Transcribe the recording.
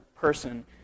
person